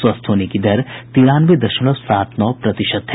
स्वस्थ होने की दर तिरानवे दशमलव सात नौ प्रतिशत है